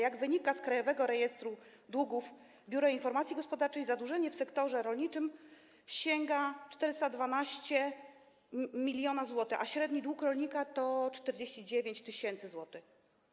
Jak wynika z Krajowego Rejestru Długów Biura Informacji Gospodarczej, zadłużenie w sektorze rolniczym sięga 412 mln zł, a średni dług rolnika to 49 tys. zł.